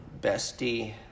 bestie